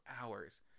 hours